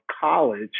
college